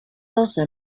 also